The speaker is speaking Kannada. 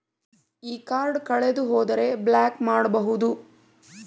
ಈ ಕಾರ್ಡ್ ಕಳೆದು ಹೋದರೆ ಬ್ಲಾಕ್ ಮಾಡಬಹುದು?